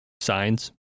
Signs